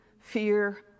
fear